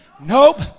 Nope